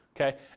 Okay